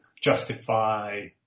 justify